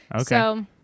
Okay